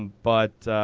but